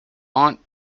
aunt